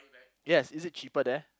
yes is it cheaper there